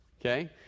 okay